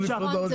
לא לפנות לרשות?